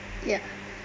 ya